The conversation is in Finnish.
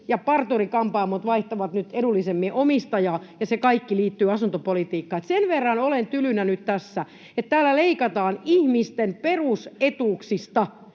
ja parturi-kampaamot vaihtavat nyt edullisemmin omistajaa, ja se kaikki liittyy asuntopolitiikkaan. Sen verran olen tylynä nyt tässä, että kun täällä leikataan ihmisten perusetuuksista,